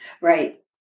Right